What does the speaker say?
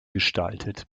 gestaltet